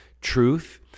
truth